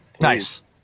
nice